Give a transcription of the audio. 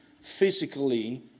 physically